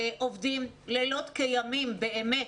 עובדים לילות כימים באמת,